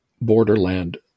borderland